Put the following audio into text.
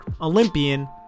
Olympian